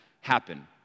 happen